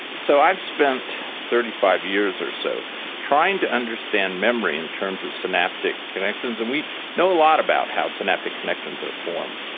so i've spent thirty five years or so trying to understand memory in terms of synaptic connections, and we know a lot about how synaptic connections are formed,